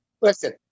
listen